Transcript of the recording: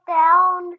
down